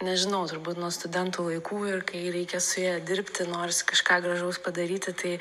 nežinau turbūt nuo studentų laikų ir kai reikia su ja dirbti norisi kažką gražaus padaryti tai